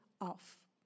off